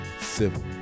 civil